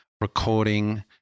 recording